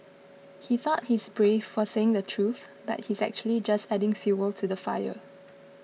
he thought he's brave for saying the truth but he's actually just adding fuel to the fire